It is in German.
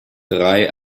drei